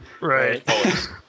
Right